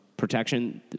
protection